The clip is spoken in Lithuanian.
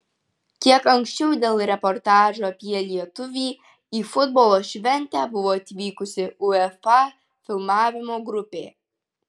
kiek anksčiau dėl reportažo apie lietuvį į futbolo šventę buvo atvykusi uefa filmavimo grupė